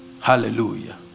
Hallelujah